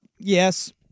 Yes